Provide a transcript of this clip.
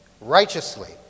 righteously